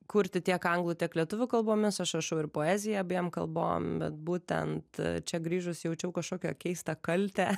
kurti tiek anglų tiek lietuvių kalbomis aš rašau ir poeziją abiem kalbom bet būtent čia grįžus jaučiau kažkokią keistą kaltę